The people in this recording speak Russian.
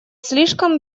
слишком